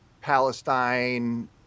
Palestine